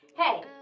Hey